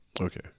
Okay